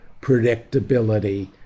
predictability